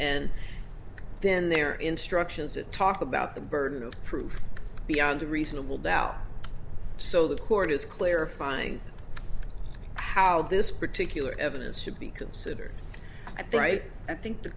and then there are instructions that talk about the burden of proof beyond a reasonable doubt so the court is clarifying how this particular evidence should be considered upright i think the